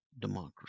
democracy